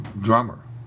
Drummer